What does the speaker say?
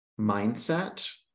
mindset